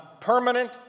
permanent